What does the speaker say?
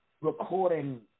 recording